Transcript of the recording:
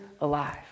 alive